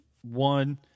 One